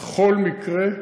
בכל מקרה,